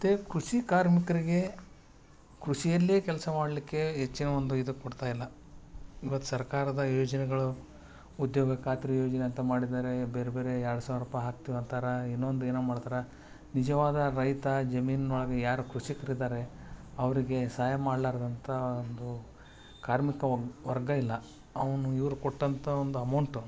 ಮತ್ತು ಕೃಷಿ ಕಾರ್ಮಿಕರಿಗೆ ಕೃಷಿಯಲ್ಲೇ ಕೆಲಸ ಮಾಡಲಿಕ್ಕೆ ಹೆಚ್ಚಿನ ಒಂದು ಇದು ಕೊಡ್ತಾಯಿಲ್ಲ ಇವತ್ತು ಸರ್ಕಾರದ ಯೋಜನೆಗಳು ಉದ್ಯೋಗ ಖಾತ್ರಿ ಯೋಜನೆ ಅಂತ ಮಾಡಿದ್ದಾರೆ ಬೇರೆ ಬೇರೆ ಎರಡು ಸಾವಿರ ರೂಪಾಯಿ ಹಾಕ್ತಿವಂತಾರೆ ಇನ್ನೊಂದು ಏನೋ ಮಾಡ್ತಾರೆ ನಿಜವಾದ ರೈತ ಜಮೀವ್ವಾಗಿ ಯಾರು ಕೃಷಿಕರು ಇದ್ದಾರೆ ಅವರಿಗೆ ಸಹಾಯ ಮಾಡಲಾರ್ದಂಥ ಒಂದು ಕಾರ್ಮಿಕ ವಗ್ ವರ್ಗ ಇಲ್ಲ ಅವನು ಇವರು ಕೊಟ್ಟಂಥಾ ಒಂದು ಅಮೌಂಟ್